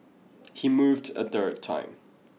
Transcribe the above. he moved a third time